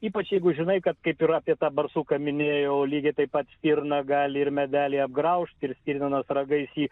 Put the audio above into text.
ypač jeigu žinai kad kaip ir apie tą barsuką minėjau lygiai taip pat stirna gali ir medelį apgraužt ir stirninas ragais jį